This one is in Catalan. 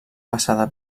passada